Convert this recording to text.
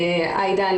עאידה,